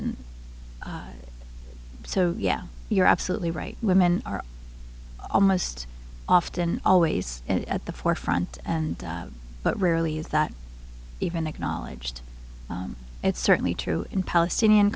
and so yeah you're absolutely right women are almost often always at the forefront and but rarely is that even acknowledged it's certainly true in palestinian